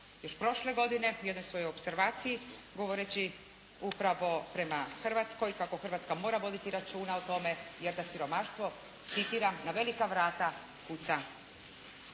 još prošle godine u jednoj svojoj opservaciji govoreći upravo prema Hrvatskoj kako Hrvatska mora voditi računa o tome jer da siromaštvo, citiram, na velika vrata kuca